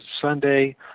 Sunday